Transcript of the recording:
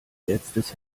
letztes